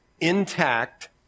intact